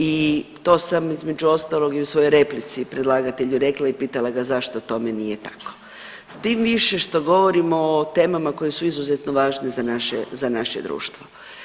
I to sam između ostalog i u svojoj replici predlagatelju rekla i pitala ga zašto tome nije tako tim više što govorimo o temama koje su izuzetno važne za naše, za naše društvo.